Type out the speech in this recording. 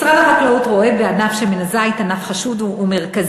משרד החקלאות רואה בענף שמן הזית ענף חשוב ומרכזי,